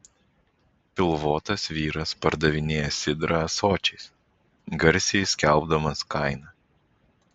pilvotas vyras pardavinėja sidrą ąsočiais garsiai skelbdamas kainą